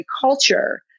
culture